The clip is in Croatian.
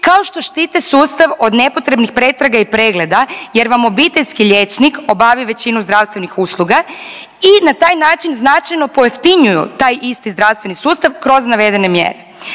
kao što štite sustav od nepotrebnih pretraga i pregleda jer vam obiteljski liječnik obavi većinu zdravstvenih usluga i na taj način značajno pojeftinjuju taj isti zdravstveni sustav kroz navedene mjere.